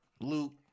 Luke